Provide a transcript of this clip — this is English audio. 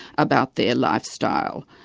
about their lifestyle,